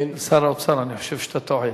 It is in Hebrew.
של שר האוצר, אני חושב שאתה טועה,